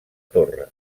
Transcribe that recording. torre